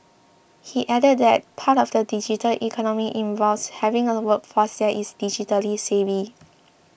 he added that part of the digital economy involves having a workforce that is digitally savvy